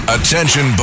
Attention